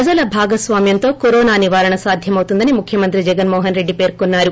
ప్రజల భాగస్వామ్నంతో కరోనా నివారణ సాధ్యమవుతుందని ముఖ్యమంత్రి జగన్మోహన్ రెడ్డి పర్కొన్నారు